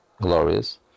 glorious